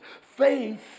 Faith